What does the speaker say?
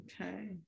Okay